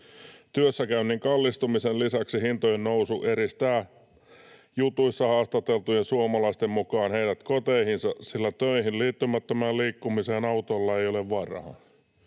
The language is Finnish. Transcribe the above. Työssäkäynnin kallistumisen lisäksi hintojen nousu eristää jutuissa haastateltujen suomalaisten mukaan heidät koteihinsa, sillä töihin liittymättömään liikkumiseen autolla ei ole varaa.